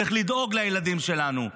צריך לדאוג לילדים שלנו,